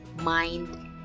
mind